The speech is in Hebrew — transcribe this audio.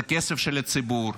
זה כסף של הציבור.